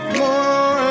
more